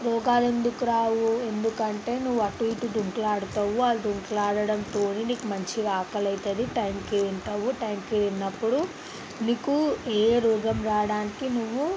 రోగాలు ఎందుకు రావు ఎందుకంటే నువ్వు అటు ఇటు దుంకులాడుతావు ఆ దుంకులాడటంతోని నీకు మంచి ఆకలైతుంది టైంకి తింటావు టైంకి తిన్నప్పుడు నీకు ఏ రోగం రావడానికి నువ్వు